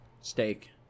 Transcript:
Steak